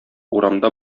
урамда